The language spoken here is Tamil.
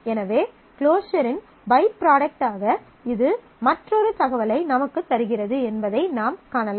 எனவே க்ளோஸர் இன் பை ப்ராடக்ட்டாக இது மற்றொரு தகவலை நமக்குத் தருகிறது என்பதை நாம் காணலாம்